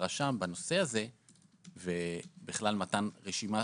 לרשם בנושא הזה ומתן רשימה